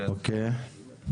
אוקיי.